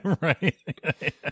right